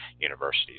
universities